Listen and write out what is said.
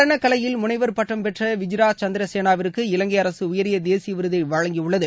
நடள கலையில் முனைவர் பட்டம் பெற்ற விஜிரா சந்திரசேனாவிற்கு இலங்கை அரசு உயரிய தேசிய விருதை வழங்கியுள்ளது